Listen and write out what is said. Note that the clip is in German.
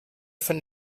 von